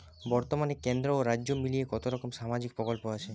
বতর্মানে কেন্দ্র ও রাজ্য মিলিয়ে কতরকম সামাজিক প্রকল্প আছে?